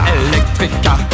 electrica